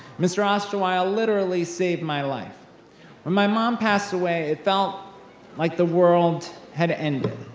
mr. osterwile literally saved my life. when my mom passed away, it felt like the world had ended.